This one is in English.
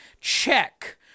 check